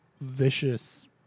vicious